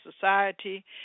Society